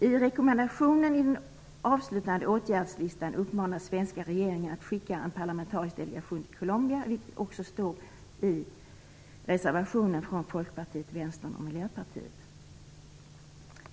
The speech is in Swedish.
I rekommendationen i den avslutande åtgärdslistan uppmanas den svenska regeringen att skicka en parlamentarisk delegation till Colombia, vilket också står att läsa i reservationen från Folkpartiet, Vänstern och Miljöpartiet.